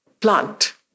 plant